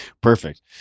perfect